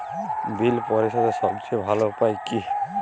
বিল পরিশোধের সবচেয়ে ভালো উপায় কী?